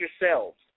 yourselves